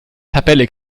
tabelle